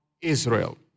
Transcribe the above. Israel